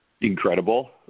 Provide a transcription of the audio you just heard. incredible